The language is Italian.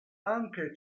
anche